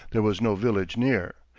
there was no village near.